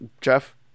Jeff